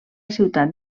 ciutat